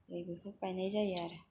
बेफोरखौ गायनाय जायो आरो